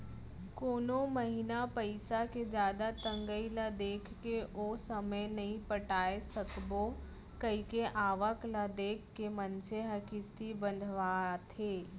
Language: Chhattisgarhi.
कोनो महिना पइसा के जादा तंगई ल देखके ओ समे नइ पटाय सकबो कइके आवक ल देख के मनसे ह किस्ती बंधवाथे